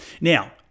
Now